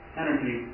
energy